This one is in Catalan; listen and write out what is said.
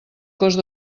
cost